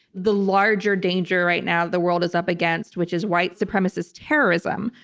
the larger danger right now the world is up against, which is white supremacist terrorism,